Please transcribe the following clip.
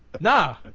Nah